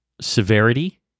severity